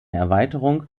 erweiterung